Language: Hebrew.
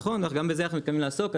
נכון, גם בזה אנחנו מתכוונים לעסוק.